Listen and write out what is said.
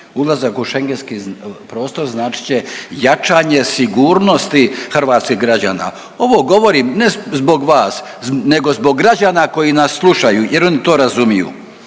Ulazak u Schengenski prostor značit će jačanje sigurnosti hrvatskih građana. Ovo govorim ne zbog vas nego zbog građana koji nas slušaju jer oni to razumiju.